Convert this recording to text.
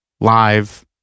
Live